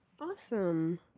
Awesome